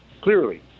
clearly